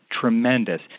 tremendous